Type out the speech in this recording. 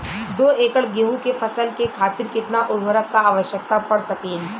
दो एकड़ गेहूँ के फसल के खातीर कितना उर्वरक क आवश्यकता पड़ सकेल?